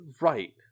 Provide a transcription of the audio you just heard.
right